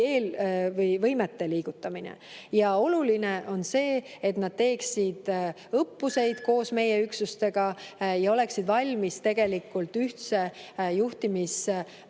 võimete liigutamine. Ja oluline on see, et nad teeksid õppuseid koos meie üksustega, oleksid valmis ühtse